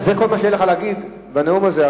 זה כל מה שיהיה לך להגיד בנאום הזה?